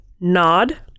nod